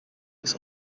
his